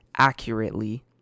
accurately